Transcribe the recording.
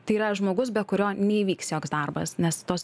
tai yra žmogus be kurio neįvyks joks darbas nes tuos